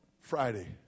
Friday